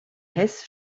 hess